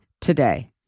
today